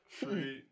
Three